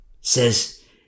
says